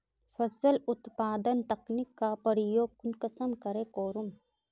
फसल उत्पादन तकनीक का प्रयोग कुंसम करे करूम?